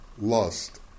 lust